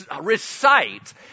recite